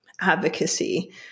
advocacy